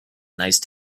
nice